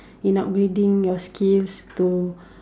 in upgrading your skills to